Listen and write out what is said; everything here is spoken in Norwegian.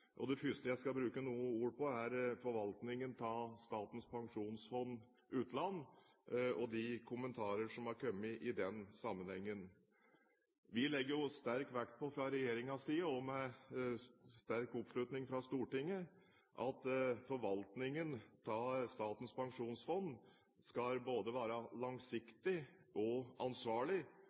og det første jeg skal bruke noen ord på, er forvaltningen av Statens pensjonsfond utland og de kommentarer som har kommet i den sammenhengen. Vi legger jo sterk vekt på fra regjeringens side – og med sterk oppslutning fra Stortinget – at forvaltningen av Statens pensjonsfond skal være både langsiktig og ansvarlig,